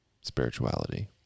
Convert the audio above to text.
spirituality